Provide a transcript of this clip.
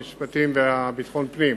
משרד המשפטים והמשרד לביטחון הפנים